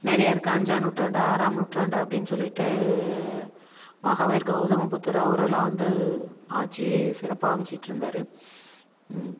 நிறைய இருக்குது அஞ்சாம் நூற்றாண்டு ஆறாம் நூற்றாண்டு அப்படின்னு சொல்லிவிட்டு மகாவீர் கெளதம புத்தர் அவரெல்லாம் வந்து ஆட்சி சிறப்பாக அமைத்துட்டு இருந்தார்